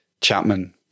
Chapman